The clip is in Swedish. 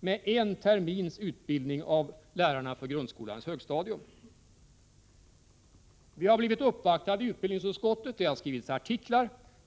med en termins utbildning av lärarna för grundskolans högstadium. Man har gjort uppvaktningar hos oss i utbildningsutskottet. Man har skrivit artiklar.